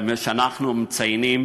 אנחנו מציינים